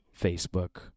Facebook